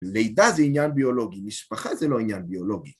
לידה זה עניין ביולוגי, משפחה זה לא עניין ביולוגי.